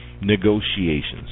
Negotiations